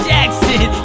Jackson